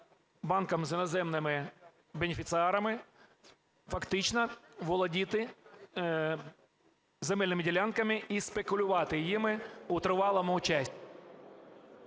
банкам з іноземними бенефіціарами фактично володіти земельними ділянками і спекулювати ними у тривалому часі.